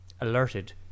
alerted